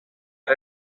ara